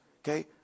Okay